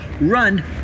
Run